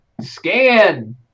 Scan